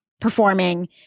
performing